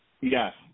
Yes